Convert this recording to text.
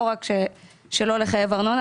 ולא רק שלא לחייב ארנונה.